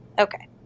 Okay